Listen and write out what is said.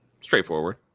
Straightforward